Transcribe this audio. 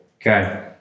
okay